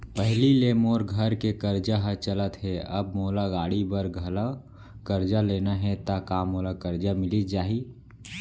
पहिली ले मोर घर के करजा ह चलत हे, अब मोला गाड़ी बर घलव करजा लेना हे ता का मोला करजा मिलिस जाही?